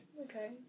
okay